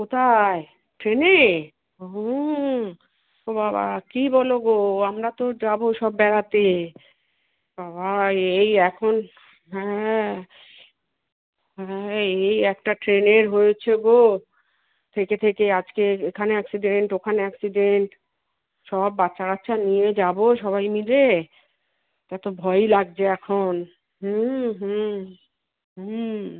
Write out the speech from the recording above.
কোথায় ট্রেনে হুম ও বাবা কী বলো গো আমরা তো যাবো সব বেড়াতে বাবা এই এখন হ্যাঁ হ্যাঁ এই একটা ট্রেনের হয়েছে গো থেকে থেকেই আজকের এখানে অ্যাক্সিডেন্ট ওখানে অ্যাক্সিডেন্ট সব বাচ্চা কাচ্চা নিয়ে যাবো সবাই মিলে এটা তো ভয়ই লাগছে এখন হুম হুম হুম